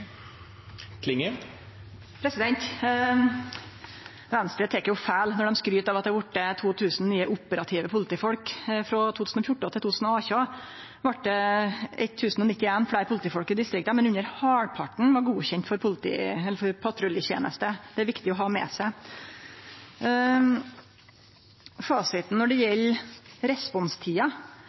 har vorte 2 000 nye operative politifolk. Frå 2014 til 2018 var det 1 091 fleire politifolk i distrikta, men under halvparten var godkjende for patruljeteneste. Det er viktig å ha med seg. Fasiten når det gjeld responstida,